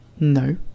No